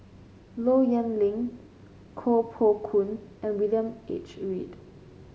Low Yen Ling Koh Poh Koon and William H Read